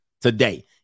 today